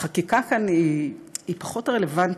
החקיקה כאן היא פחות רלוונטית,